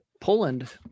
Poland